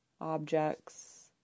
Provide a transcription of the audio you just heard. objects